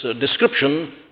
description